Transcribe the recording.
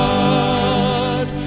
God